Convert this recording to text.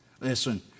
Listen